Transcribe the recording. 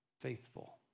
Faithful